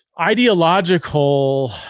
ideological